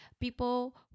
People